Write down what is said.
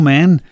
Man